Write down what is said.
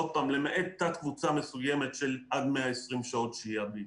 למעט תת קבוצה מסוימת של עד 120 שעות שהייה באיטליה.